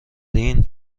این